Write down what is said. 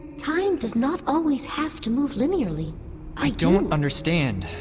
time does not always have to move linearly i don't understand